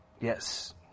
Yes